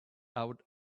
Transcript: out